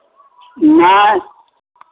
नहि